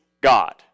God